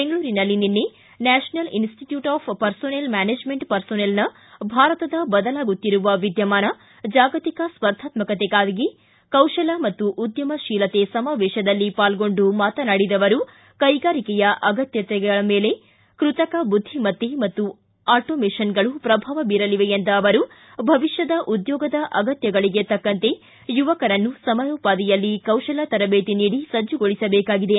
ಬೆಂಗಳೂರಿನಲ್ಲಿ ನಿನ್ನೆ national institute of personnel management ಪರ್ಸೊನೆಲ್ನ ಭಾರತದ ಬದಲಾಗುತ್ತಿರುವ ವಿದ್ಯಮಾನ ಜಾಗತಿಕ ಸ್ವರ್ಧಾತ್ಮಕತೆಗಾಗಿ ಕೌಶಲ ಮತ್ತು ಉದ್ಯಮಶೀಲತೆ ಸಮಾವೇಶದಲ್ಲಿ ಪಾಲ್ಗೊಂಡು ಮಾತನಾಡಿದ ಅವರು ಕೈಗಾರಿಕೆಯ ಅಗತ್ಯಗಳ ಮೇಲೆ ಕೃತಕ ಬುದ್ಧಿಮತ್ತೆ ಹಾಗೂ ಆಟೋಮೇಶನ್ಗಳು ಪ್ರಭಾವ ಬೀರಲಿವೆ ಎಂದ ಅವರು ಭವಿಷ್ಯದ ಉದ್ಯೋಗದ ಅಗತ್ಯಗಳಿಗೆ ತಕ್ಕಂತೆ ಯುವಕರನ್ನು ಸಮರೋಪಾದಿಯಲ್ಲಿ ಕೌಶಲ ತರಬೇತಿ ನೀಡಿ ಸಜ್ಜುಗೊಳಿಸಬೇಕಾಗಿದೆ